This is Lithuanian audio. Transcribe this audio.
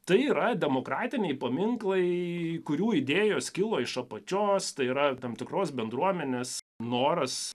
tai yra demokratiniai paminklai kurių idėjos kilo iš apačios tai yra tam tikros bendruomenės noras